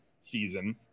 season